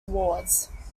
awards